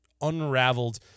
unraveled